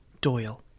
Doyle